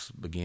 begin